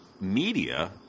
media